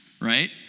right